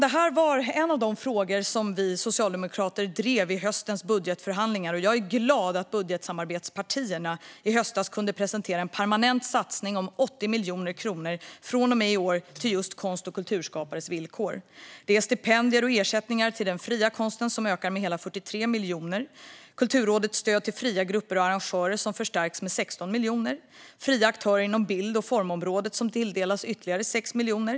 Det här var en av de frågor som vi socialdemokrater drev i höstens budgetförhandlingar, och jag är glad att budgetsamarbetspartierna i höstas kunde presentera en permanent satsning om 80 miljoner kronor från och med i år till just konst och kulturskapares villkor. Stipendier och ersättningar till den fria konsten ökar med hela 43 miljoner, Kulturrådets stöd till fria grupper och arrangörer förstärks med 16 miljoner och fria aktörer inom bild och formområdet tilldelas ytterligare 6 miljoner.